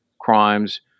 crimes